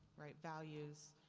right, values.